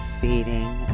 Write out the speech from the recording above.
feeding